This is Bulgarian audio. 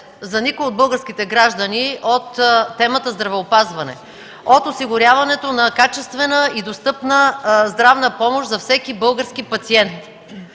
за никой от българските граждани от темата „Здравеопазване”, от осигуряването на качествена и достъпна здравна помощ за всеки български пациент.